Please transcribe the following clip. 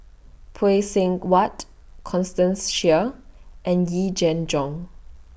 Phay Seng Whatt Constance Sheares and Yee Jenn Jong